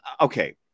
Okay